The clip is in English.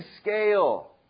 scale